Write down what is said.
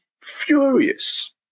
furious